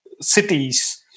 cities